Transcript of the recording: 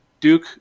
duke